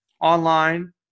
online